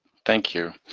thank you.